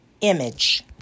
image